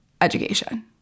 education